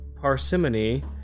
parsimony